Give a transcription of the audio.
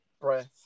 breath